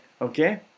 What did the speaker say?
okay